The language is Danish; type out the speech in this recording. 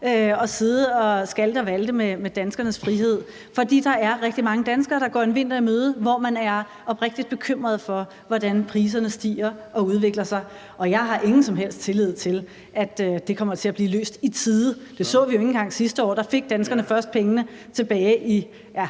at sidde og skalte og valte med danskernes frihed. For der er rigtig mange danskere, der går en vinter i møde og er oprigtigt bekymrede for, hvordan priserne stiger og udvikler sig, og jeg har ingen som helst tillid til, at det kommer til at blive løst i tide. Det så vi jo ikke engang sidste år; der fik danskerne først pengene tilbage,